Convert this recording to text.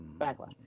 Backlash